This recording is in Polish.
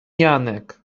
janek